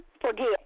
Forget